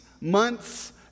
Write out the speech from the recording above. months